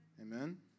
Amen